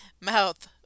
mouth